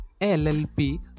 LLP